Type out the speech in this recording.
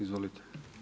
Izvolite.